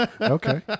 Okay